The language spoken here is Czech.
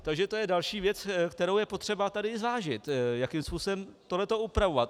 Takže to je další věc, kterou je potřeba tady zvážit, jakým způsobem tohle to upravovat.